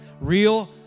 real